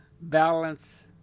balance